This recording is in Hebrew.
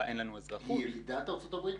אין לנו אזרחות -- היא ילידת ארצות-הברית?